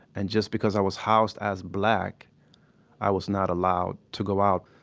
and just because i was housed as black i was not allowed to go out.